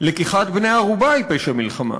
לקיחת בני-ערובה היא פשע מלחמה.